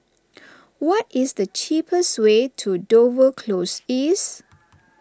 what is the cheapest way to Dover Close East